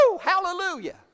Hallelujah